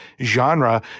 genre